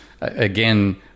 again